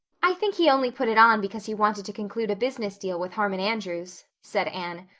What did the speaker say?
i think he only put it on because he wanted to conclude a business deal with harmon andrews, said anne.